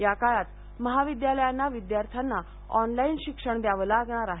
या काळात महाविद्यालयांना विद्यार्थ्यांना ऑनलाइन शिक्षण द्यावं लागणार आहे